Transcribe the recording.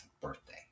birthday